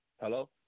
Hello